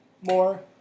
more